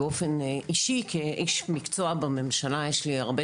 באופן אישי כאיש מקצוע בממשלה יש לי הרבה